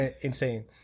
insane